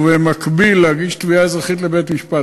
ובמקביל להגיש תביעה אזרחית לבית-משפט.